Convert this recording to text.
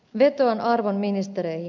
vetoan arvon ministereihin